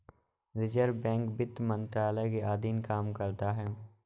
reserve Bank वित्त मंत्रालय के अधीन काम करता है